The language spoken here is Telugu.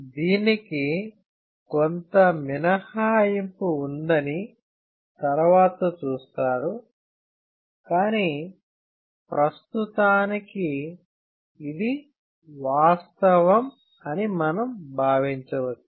దీనికి కొంత మినహాయింపు ఉందని తర్వాత చూస్తారు కానీ ప్రస్తుతానికి ఇది వాస్తవం అని మనం భావించవచ్చు